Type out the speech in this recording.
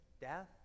death